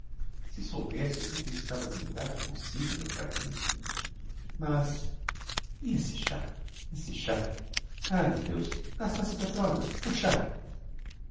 se soubesse o quanto eu estava zangada comsigo meu caro principe mas e esse chá esse chá ah meu deus nastassia petrovna